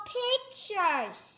pictures